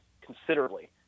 considerably